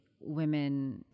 women